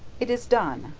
it is done,